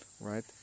right